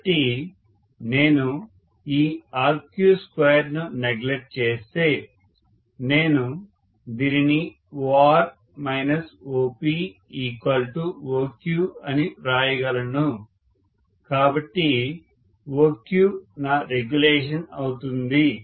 కాబట్టి నేను ఈ 2ను నెగ్లెక్ట్ చేస్తే నేను దీనిని OR OP OQ అని వ్రాయగలను కాబట్టి OQ నా రెగ్యులేషన్ అవుతుంది